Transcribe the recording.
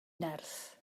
nerth